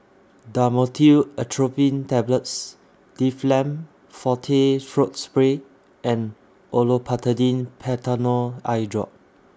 Dhamotil Atropine Tablets Difflam Forte Throat Spray and Olopatadine Patanol Eyedrop